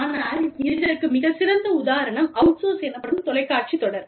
ஆனால் இதற்கு மிகச் சிறந்த உதாரணம் அவுட்சோர்ஸ் எனப்படும் தொலைக்காட்சி தொடர்